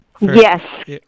Yes